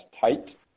tight